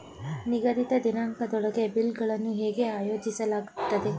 ನಿಗದಿತ ದಿನಾಂಕದೊಳಗೆ ಬಿಲ್ ಗಳನ್ನು ಹೇಗೆ ಆಯೋಜಿಸಲಾಗುತ್ತದೆ?